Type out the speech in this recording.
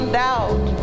doubt